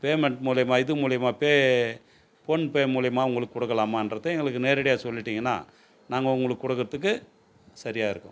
payment மூலயமா இது மூலயமா பே ஃபோன்பே மூலயமா உங்களுக்கு கொடுக்கலாமான்றத எங்களுக்கு நேரடியாக சொல்லிட்டீங்கன்னால் நாங்கள் உங்களுக்கு கொடுக்குறதுக்கு சரியாயிருக்கும்